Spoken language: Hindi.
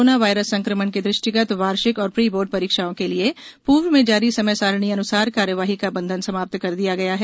कोरोना वायरस संक्रमण के दृष्टिगत वार्षिक और प्री बोर्ड परीक्षाओं के लिए पूर्व में जारी समय सारणी अनुसार कार्यवाही का बंधन समाप्त कर दिया गया है